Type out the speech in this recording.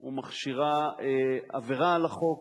ומכשירה עבירה על החוק.